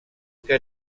que